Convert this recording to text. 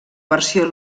versió